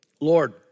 Lord